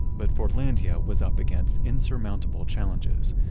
but fordlandia was up against insurmountable challenges,